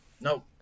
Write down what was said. no